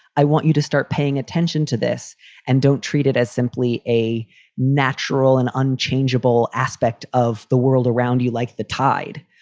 i want you to start paying attention to this and don't treat it as simply a natural and unchangeable aspect of the world around you, like the tide.